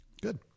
Good